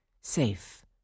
safe